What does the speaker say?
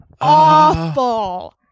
awful